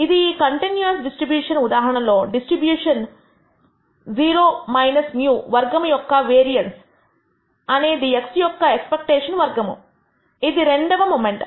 ఇది ఈ continuous distribution ఉదాహరణ లో డిస్ట్రిబ్యూషన్ 0 μ వర్గము యొక్క వేరియన్స్ అనేది x యొక్క ఎక్స్పెక్టేషన్ వర్గము ఇది రెండవ మొమెంట్